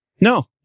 No